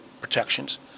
protections